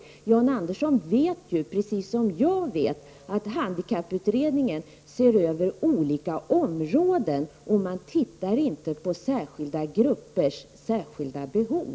Jan Andersson vet ju, precis som jag vet, att handikapputredningen ser över olika områden. Man ser inte till särskilda gruppers speciella behov.